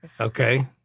Okay